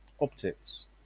optics